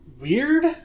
weird